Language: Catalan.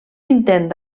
intent